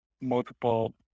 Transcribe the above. multiple